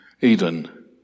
Eden